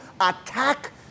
attack